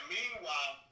Meanwhile